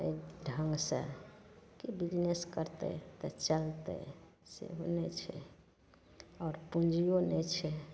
एहि ढङ्गसे कि बिजनेस करतै तऽ चलतै सेहो नहि छै आओर पूँजिओ नहि छै